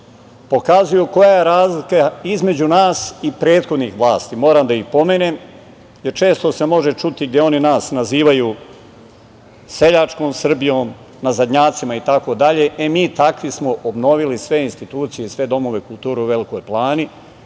pokazuju koja je razlika između nas i prethodnih vlasti. Moram da ih pomenem, jer često se može čuti gde oni nas nazivaju seljačkom Srbijom, nazadnjacima itd. Mi takvi smo obnovili sve institucije i sve domove kulture u Velikoj Plani,